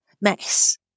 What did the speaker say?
mess